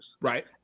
right